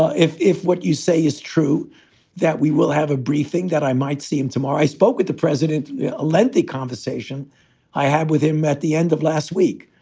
ah if if what you say is true that we will have a briefing, that i might see him tomorrow. i spoke with the president, a lengthy conversation i had with him at the end of last week.